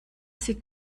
sieht